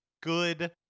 good